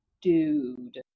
dude